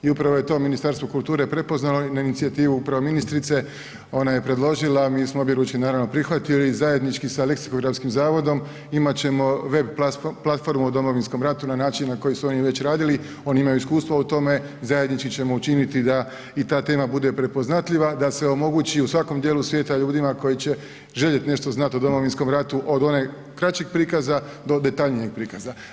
I upravo je to Ministarstvo kulture prepoznalo i na inicijativu upravo ministrice, ona je predložila, mi smo obje ručke naravno prihvatili i zajednički sa Leksikografskim zavodom imati ćemo web platformu o Domovinskom ratu na način na koji su oni već radili, oni imaju iskustva u tome, zajednički ćemo učiniti da i ta tema bude prepoznatljiva, da se omogući u svakom dijelu svijeta ljudima koji će željeti nešto znati o Domovinskom ratu od onog kraćeg prikaza do detaljnijeg prikaza.